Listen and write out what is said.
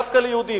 דווקא ליהודים.